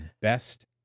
best